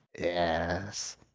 Yes